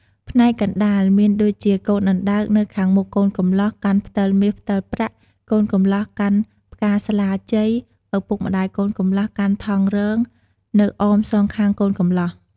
ផ្នែកកណ្តាល មានដូចជាកូនអណ្តើកនៅខាងមុខកូនកំលោះកាន់ផ្តិលមាសផ្តិលប្រាក់ កូនកំលោះកាន់ផ្កាស្លាជ័យ ឪពុកម្តាយកូនកំលោះកាន់ថង់រងនៅអមសងខាងកូនកំលោះ។